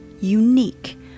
unique